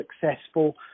successful